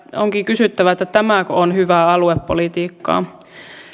onkin kysyttävä että tämäkö on hyvää aluepolitiikkaa